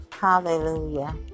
Hallelujah